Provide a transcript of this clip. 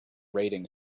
rating